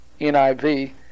NIV